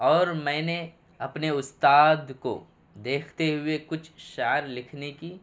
اور میں نے اپنے استاد کو دیکھتے ہوئے کچھ اشعار لکھنے کی